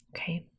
Okay